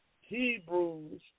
Hebrews